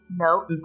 No